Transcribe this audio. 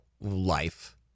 life